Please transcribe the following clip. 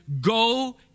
go